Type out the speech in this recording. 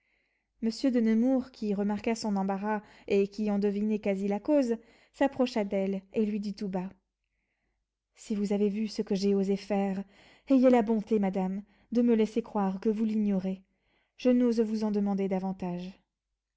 monsieur de nemours qui remarquait son embarras et qui en devinait quasi la cause s'approcha d'elle et lui dit tout bas si vous avez vu ce que j'ai osé faire ayez la bonté madame de me laisser croire que vous l'ignorez je n'ose vous en demander davantage